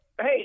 Hey